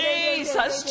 Jesus